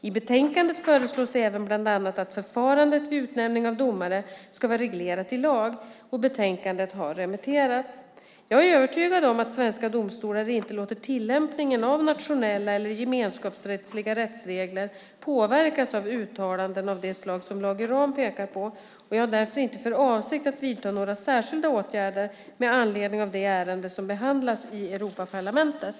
I betänkandet föreslås även bland annat att förfarandet vid utnämning av domare ska vara reglerat i lag. Betänkandet har remitterats. Jag är övertygad om att svenska domstolar inte låter tillämpningen av nationella eller gemenskapsrättsliga rättsregler påverkas av uttalanden av det slag som Lage Rahm pekar på. Jag har därför inte för avsikt att vidta några särskilda åtgärder med anledning av det ärende som behandlas i Europaparlamentet.